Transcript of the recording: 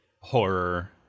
horror